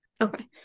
Okay